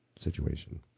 situation